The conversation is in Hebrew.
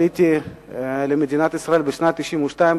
אני עליתי למדינת ישראל בשנת 1992,